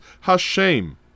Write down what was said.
Hashem